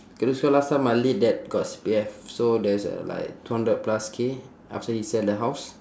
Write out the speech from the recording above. K so last time my late dad got C_P_F so there's uh like two hundred plus K after he sell the house